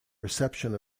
reception